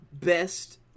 best